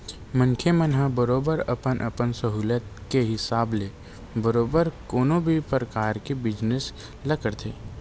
मनखे मन ह बरोबर अपन अपन सहूलियत के हिसाब ले बरोबर कोनो भी परकार के बिजनेस ल करथे